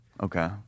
Okay